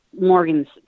Morgan's